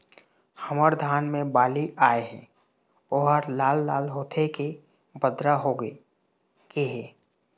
हमर धान मे बाली आए हे ओहर लाल लाल होथे के बदरा होथे गे हे?